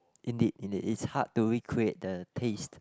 indeed indeed it's hard to recreate the taste